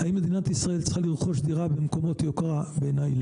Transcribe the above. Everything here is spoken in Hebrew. אם מדינת ישראל צריכה לרכוש דירה במקומות יוקרה בעיניי,